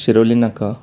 Shiroli Naka